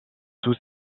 tout